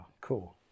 Cool